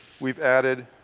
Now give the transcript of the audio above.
we've added